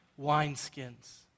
wineskins